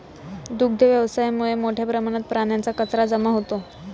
दुग्ध व्यवसायामुळे मोठ्या प्रमाणात प्राण्यांचा कचरा जमा होतो